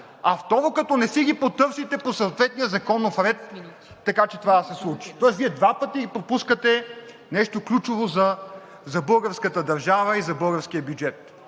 а второ, като не си ги потърсите по съответния законов ред, така че това да се случи. Тоест Вие два пъти пропускате нещо ключово за българската държава и за българския бюджет.